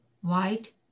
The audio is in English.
white